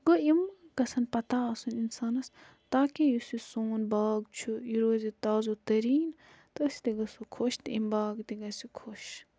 گوٚو یِم گَژھَن پَتہ آسٕنۍ اِنسانَس تاکہِ یُس یہِ سون باغ چھُ یہِ روزِ تاز و تریٖن تہٕ أسۍ تہِ گَژھو خۄش تہِ یِم باغ تہِ گَژھِ خۄش